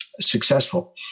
successful